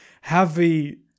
heavy